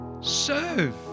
serve